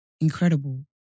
incredible